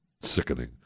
sickening